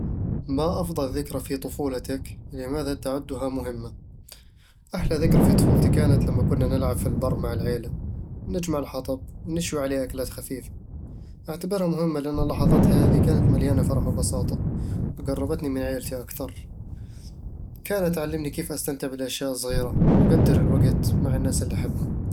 ما أفضل ذكرى في طفولتك؟ لماذا تعدّها مهمة؟ أحلى ذكرى في طفولتي كانت لما كنا نلعب في البر مع العيلة، نجمع الحطب ونشوي عليه أكلات خفيفة أعتبرها مهمة لأن اللحظات هذي كانت مليانة فرح وبساطة، وقربتني من عيلتي أكثر كانت تعلمني كيف أستمتع بالأشياء الصغيرة وأقدّر الوقت مع الناس اللي أحبهم